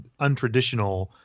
untraditional